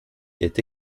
est